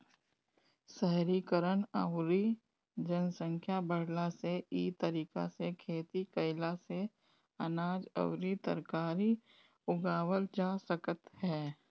शहरीकरण अउरी जनसंख्या बढ़ला से इ तरीका से खेती कईला से अनाज अउरी तरकारी उगावल जा सकत ह